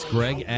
Greg